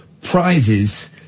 prizes